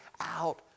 out